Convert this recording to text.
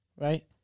right